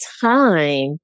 time